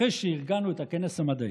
אחרי שארגנו את הכנס המדעי,